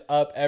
up